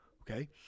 Okay